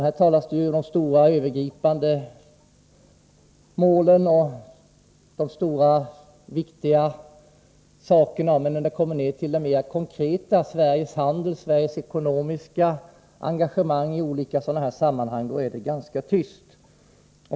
Här talas det om de stora, övergripande målen, men när man kommer ned till det mer konkreta — Sveriges handel och ekonomiska engagemang -— är det ganska tyst.